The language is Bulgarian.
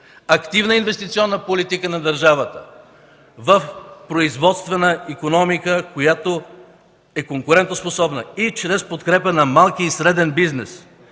активна инвестиционна политика на държавата в производствена икономика, която е конкурентоспособна, и чрез подкрепа на малкия и среден бизнес